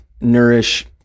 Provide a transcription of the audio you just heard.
nourish